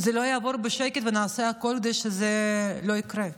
זה לא יעבור בשקט, ונעשה הכול כדי שזה לא יקרה,